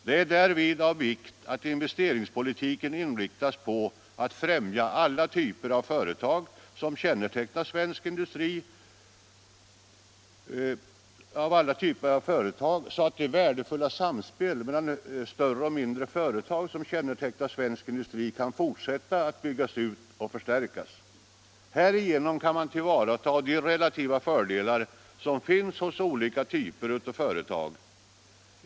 Det är därvid av vikt att investeringspolitiken inriktas på att främja alla typer av företag så att det värdefulla samspel mellan större och mindre företag som kännetecknar svensk industri kan fortsätta att byggas ut och förstärkas. Härigenom kan man tillvarata de relativa fördelar som finns hos olika typer av företag.